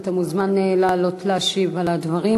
אתה מוזמן לעלות ולהשיב על הדברים,